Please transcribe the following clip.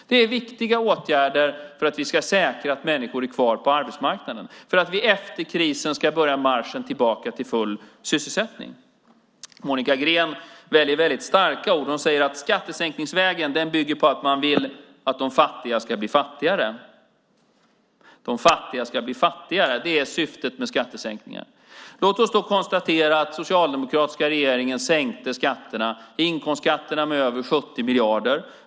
Det är viktiga åtgärder för att vi ska säkra att människor är kvar på arbetsmarknaden för att vi efter krisen ska börja marschen tillbaka till full sysselsättning. Monica Green väljer väldigt starka ord. Hon säger att skattesänkningsvägen bygger på att man vill att de fattiga ska bli fattigare. De fattigare ska bli fattigare, det är syftet med skattesänkningen. Låt oss då konstatera att den socialdemokratiska regeringen sänkte skatterna - inkomstskatterna - med över 70 miljarder.